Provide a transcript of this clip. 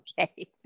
Okay